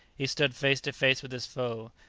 he stood face to face with his foe,